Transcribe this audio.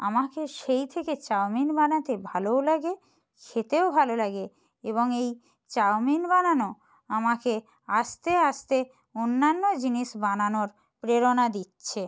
আমাকে সেই থেকে চাউমিন বানাতে ভালোও লাগে খেতেও ভালো লাগে এবং এই চাউমিন বানানো আমাকে আস্তে আস্তে অন্যান্য জিনিস বানানোর প্রেরণা দিচ্ছে